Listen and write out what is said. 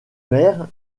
maire